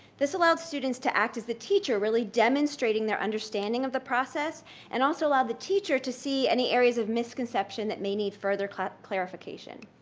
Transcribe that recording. this allowed students to act as the teacher, really demonstrating their understanding of the process and also allowed the teacher to see any areas of misconception that may need further clarification.